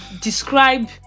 describe